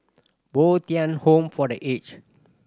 Bo Tien Home for The Aged